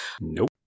Nope